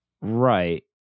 Right